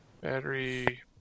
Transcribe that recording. Battery